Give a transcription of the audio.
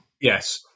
Yes